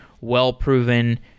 well-proven